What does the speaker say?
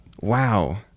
Wow